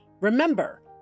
Remember